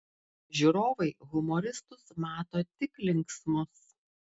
žiūrovai humoristus mato tik linksmus